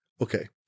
Okay